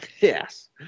yes